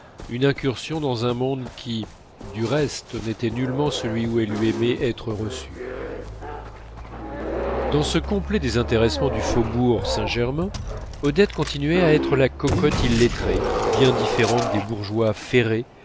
une incursion dans un monde qui du reste n'était nullement celui où elle eût aimé être reçue dans ce complet désintéressement du faubourg saint-germain odette continuait à être la cocotte illettrée bien différente des bourgeois ferrés